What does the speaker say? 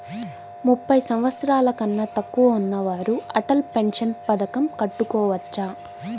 ముప్పై సంవత్సరాలకన్నా తక్కువ ఉన్నవారు అటల్ పెన్షన్ పథకం కట్టుకోవచ్చా?